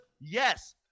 yes